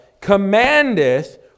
commandeth